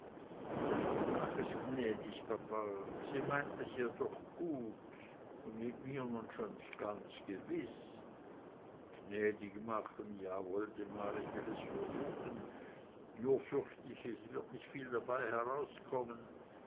mach es gnädig papa sie meint es ja doch gut und mit mir nun schon ganz gewiß gnädig machen ja woldemar ich will es versuchen nur fürcht ich es wird nicht viel dabei herauskommen